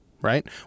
Right